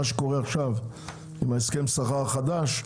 ברור שהארנונה תעלה בעקבות מה שקורה עכשיו עם הסכם הסחר החדש.